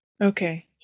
Okay